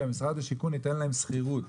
שמשרד הבינוי והשיכון ייתן להם שכירות.